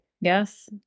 Yes